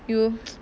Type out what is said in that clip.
you